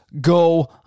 go